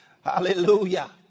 Hallelujah